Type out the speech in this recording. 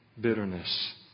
bitterness